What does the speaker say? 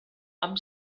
amb